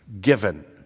given